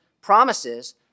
promises